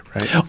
right